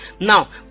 Now